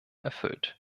erfüllt